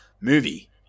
movie